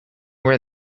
where